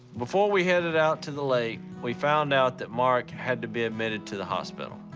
before we headed out to the lake, we found out that mark had to be admitted to the hospital.